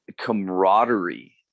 camaraderie